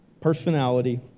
personality